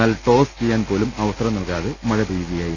എന്നാൽ ടോസ് ചെയ്യാൻപോലും അവസരം നൽകാതെ മഴ പെയ്യുകയായിരുന്നു